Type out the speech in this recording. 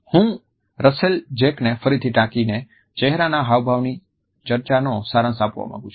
હું રશેલ જેકને ફરીથી ટાંકીને ચહેરાના હાવભાવની ચર્ચાનો સારાંશ આપવા માંગું છું